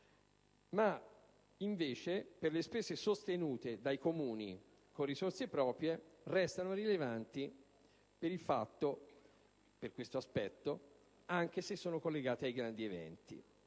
ma per le spese sostenute dai Comuni con risorse proprie queste restano rilevanti, per questo aspetto, anche se sono collegate ai grandi eventi.